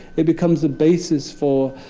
it becomes a basis for